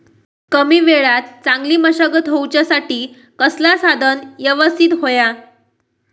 कमी वेळात चांगली मशागत होऊच्यासाठी कसला साधन यवस्तित होया?